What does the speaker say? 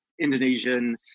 Indonesian